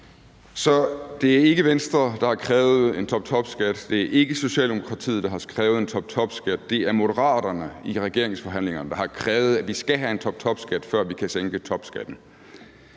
Så det er ikke Venstre, der har krævet en toptopskat, det er ikke Socialdemokratiet, der har skrevet en toptopskat, det er Moderaterne i regeringsforhandlingerne, der har krævet, at vi skal have en toptopskat, før vi kan sænke topskatten.